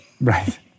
Right